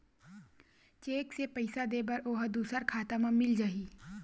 Cheque से पईसा दे बर ओहा दुसर खाता म मिल जाही?